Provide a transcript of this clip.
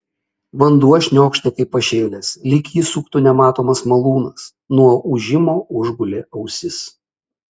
vanduo šniokštė kaip pašėlęs lyg jį suktų nematomas malūnas nuo ūžimo užgulė ausis